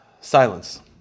Silence